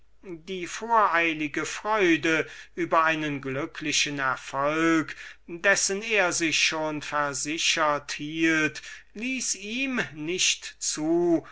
die voreilige freude über einen sukzeß dessen er sich schon versichert hielt ließ ihm nicht zu